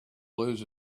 lose